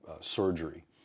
surgery